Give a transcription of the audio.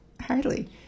Hardly